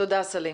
תודה, סלים.